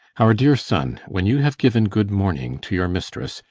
our dear son, when you have given good morning to your mistress,